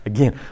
Again